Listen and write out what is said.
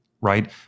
right